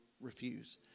Refuse